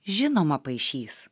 žinoma paišys